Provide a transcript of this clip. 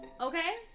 Okay